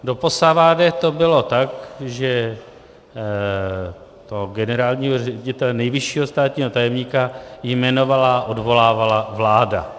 Doposavad to bylo tak, že toho generálního ředitele, nejvyššího státního tajemníka jmenovala a odvolávala vláda.